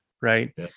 right